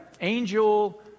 angel